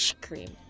cream